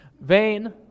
Vain